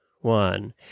one